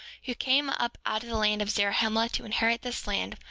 who came up out of the land of zarahemla to inherit this land,